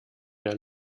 der